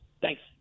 Thanks